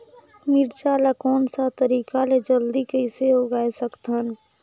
मिरचा ला कोन सा तरीका ले जल्दी कइसे उगाय सकथन?